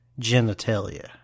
genitalia